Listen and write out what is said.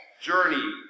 journey